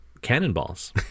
cannonballs